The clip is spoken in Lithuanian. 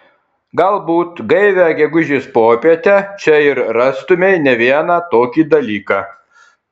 galbūt gaivią gegužės popietę čia ir rastumei ne vieną tokį dalyką